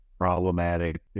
problematic